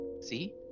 see